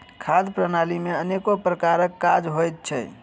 खाद्य प्रणाली मे अनेको प्रकारक काज होइत छै